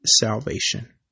salvation